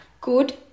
good